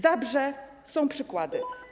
Zabrze, są przykłady.